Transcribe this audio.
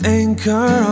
anchor